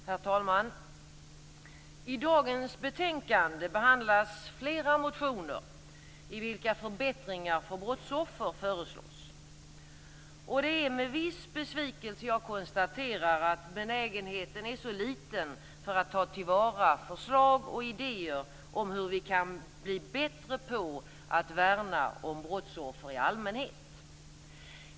Herr talman! I dagens betänkande behandlas flera motioner i vilka förbättringar för brottsoffer föreslås. Det är med viss besvikelse jag konstaterar att benägenheten är så liten för att ta till vara förslag och idéer om hur vi kan bli bättre på att värna brottsoffer i allmänhet.